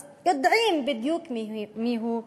אז יודעים בדיוק מיהו טרוריסט.